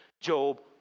Job